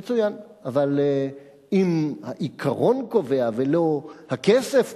מצוין, אבל אם העיקרון קובע ולא הכסף קובע,